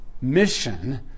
mission